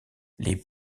les